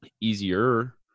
easier